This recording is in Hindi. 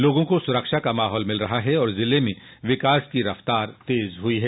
लोगों को सुरक्षा का माहौल मिल रहा है और जिले में विकास की रफ्तार तेज हुई है